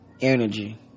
energy